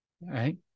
right